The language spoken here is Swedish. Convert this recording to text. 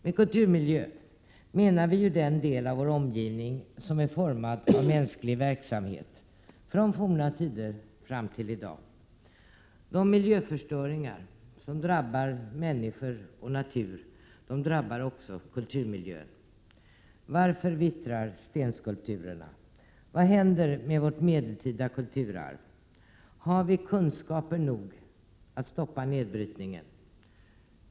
Med kulturmiljö menar vi ju den del av vår omgivning som är formad av mänsklig verksamhet, från forna tider fram till i dag. De miljöförstöringar som drabbar människor och natur drabbar också kulturmiljön. Varför vittrar stenskulpturerna? Vad händer med vårt medeltida kulturarv? Har vi kunskaper nog att stoppa nedbrytningen?